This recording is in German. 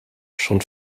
schon